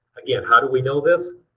again, how do we know this?